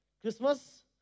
Christmas